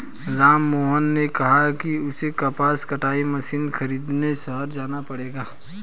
राममोहन ने कहा कि उसे कपास कटाई मशीन खरीदने शहर जाना पड़ेगा